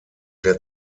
der